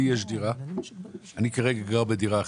לי יש דירה, ואני כרגע גר בדירה אחרת.